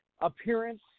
appearance